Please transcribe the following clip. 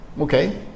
Okay